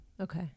Okay